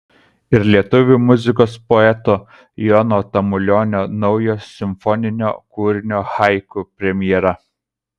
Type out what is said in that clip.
ir lietuvių muzikos poeto jono tamulionio naujo simfoninio kūrinio haiku premjera